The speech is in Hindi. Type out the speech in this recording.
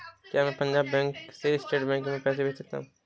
क्या मैं पंजाब बैंक से स्टेट बैंक में पैसे भेज सकता हूँ?